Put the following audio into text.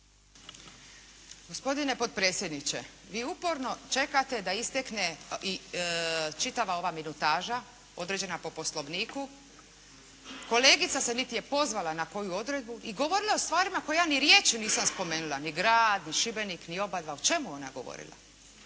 Gospodine potpredsjedniče, vi uporno čekate da istekne čitava ova minutaža određena po Poslovniku. Kolegica se niti je pozvala na koju odredbu i govorila o stvarima koje ja niti riječju nisam spomenula ni grad, ni Šibenik, ni oba dva. O čemu je ona govorila?